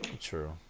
True